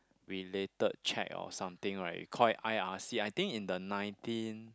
related check or something right we call it I_R_C I think in the nineteen